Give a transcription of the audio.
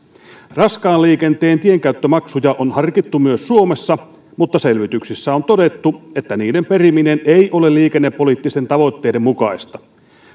raskaan liikenteen tienkäyttömaksuja on harkittu myös suomessa mutta selvityksissä on todettu että niiden periminen ei ole liikennepoliittisten tavoitteiden mukaista